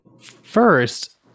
first